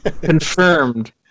Confirmed